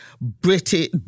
British